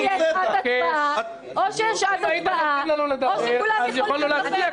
או יש שעת הצבעה, או שכולם יכולים לדבר.